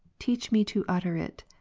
teach me to utter it.